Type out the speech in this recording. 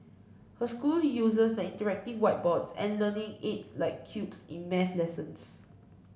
her school uses the interactive whiteboard and learning aids like cubes in math lessons